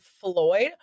Floyd